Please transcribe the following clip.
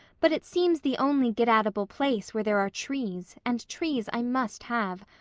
but it seems the only get-at-able place where there are trees, and trees i must have.